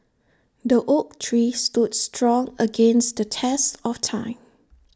the oak tree stood strong against the test of time